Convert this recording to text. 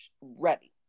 ready